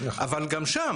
אבל גם שם